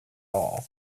all